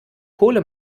kohle